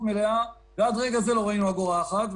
מלאה ועד רגע זה לא ראינו אגורה אחת,